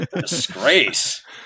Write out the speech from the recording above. Disgrace